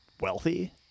wealthy